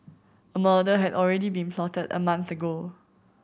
a murder had already been plotted a month ago